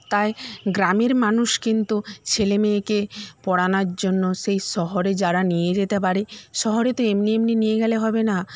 তাই গ্রামের মানুষ কিন্তু ছেলেমেয়েকে পড়ানার জন্য সেই শহরে যারা নিয়ে যেতে পারে শহরে তো এমনি এমনি নিয়ে গেলে হবে না